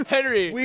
Henry